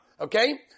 Okay